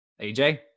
AJ